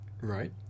Right